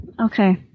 Okay